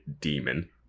demon